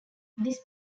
this